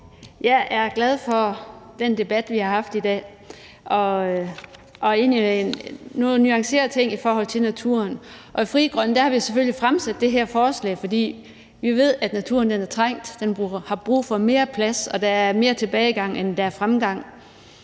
Jeg er glad for den debat, vi har haft i dag, og egentlig har der været nogle nuancerede ting i forhold til naturen. Frie Grønne har selvfølgelig fremsat det her forslag, fordi vi ved, at naturen er trængt og har brug for mere plads, og fordi der er mere tilbagegang, end der er fremgang.